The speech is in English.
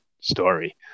story